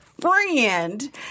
friend